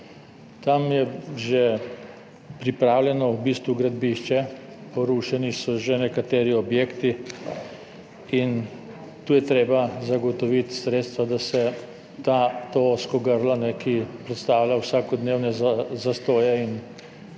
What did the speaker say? bistvu že pripravljeno gradbišče, porušeni so že nekateri objekti in tu je treba zagotoviti sredstva, da se to ozko grlo, ki predstavlja vsakodnevne zastoje in